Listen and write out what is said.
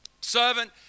servant